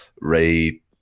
Ray